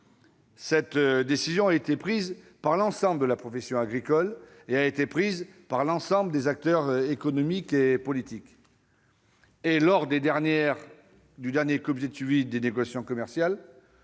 Cette décision a été prise par l'ensemble de la profession agricole et des acteurs économiques et politiques. Lors du dernier comité de suivi des négociations commerciales,